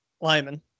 Lyman